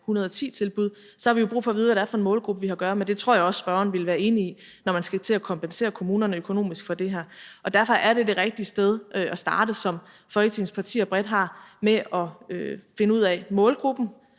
110-tilbud, så har vi jo brug for at vide, hvad det er for en målgruppe, vi har med at gøre. Det tror jeg også spørgeren vil være enig i, når man skal til at kompensere kommunerne økonomisk for det her. Derfor er det det rigtige sted at starte – som Folketingets partier bredt har gjort – med at finde målgruppen,